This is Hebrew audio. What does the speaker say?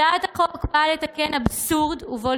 הצעת החוק באה לתקן אבסורד שבו,